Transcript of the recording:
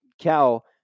Cal